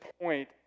point